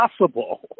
possible